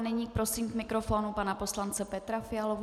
Nyní prosím k mikrofonu pana poslance Petra Fialu.